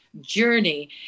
journey